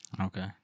Okay